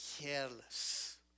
careless